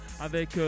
avec